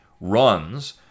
runs